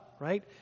Right